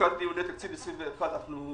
לקראת דיוני תקציב 2021 נדון